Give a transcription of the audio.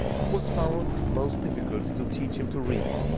it was found most difficult to teach him to read,